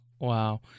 Wow